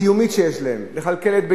הקיומית שיש להם, לכלכל את ביתם,